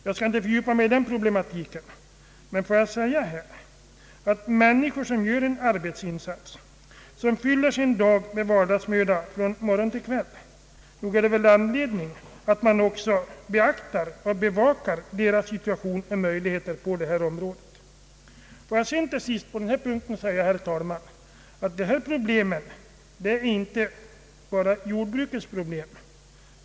Jag skall inte fördjupa mig i den problematiken, men låt mig säga att det väl finns anledning att vi också beaktar och bevakar situationen och möjligheterna för de människor som gör en arbetsinsats, som fyller deras dag med vardagsmöda. Herr talman! Låt mig till sist säga att detta problem inte endast är jordbrukets problem.